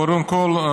קודם כול,